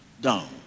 down